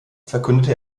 verkündete